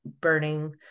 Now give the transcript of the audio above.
burning